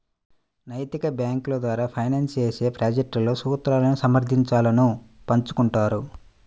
నైతిక బ్యేంకుల ద్వారా ఫైనాన్స్ చేసే ప్రాజెక్ట్లలో సూత్రాలను సమర్థించాలను పంచుకుంటారు